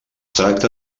tracta